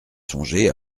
songé